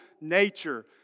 nature